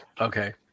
Okay